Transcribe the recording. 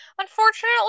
Unfortunately